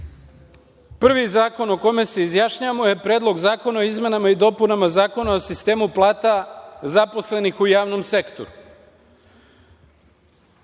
Prvi zakon o kome se izjašnjavamo je Predlog zakona o izmenama i dopunama Zakona o sistemu plata zaposlenih u javnom sektoru. Ovaj